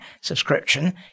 subscription